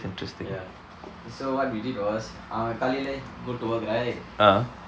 ya so what we did was அவன் காலையில:avan kalayila go to work right